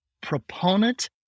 proponent